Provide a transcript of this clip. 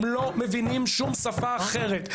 הם לא מבינים שום שפה אחרת.